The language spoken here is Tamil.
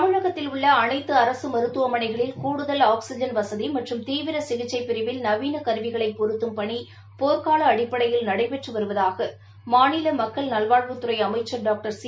தமிழகத்தில் உள்ள அனைத்து அரசு மருத்துவமனைகளில் கூடுதல் ஆக்ஸிஜன் வசதி மற்றும் தீவிர சிகிச்சைப் பிரிவில் நவீன கருவிகளை பொருத்தும் பணி போர்க்கால அடிப்படையில் நடைபெறுவதாக மாநில மக்கள் நல்வாழ்வுத்துறை அமைச்சர் டாக்டர் சி